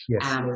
Yes